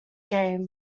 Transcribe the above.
game